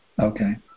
Okay